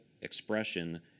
expression